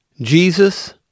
Jesus